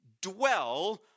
dwell